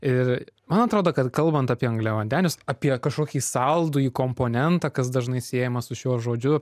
ir man atrodo kad kalbant apie angliavandenius apie kažkokį saldųjį komponentą kas dažnai siejama su šiuo žodžiu